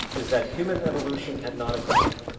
is that human evolution had not occurred.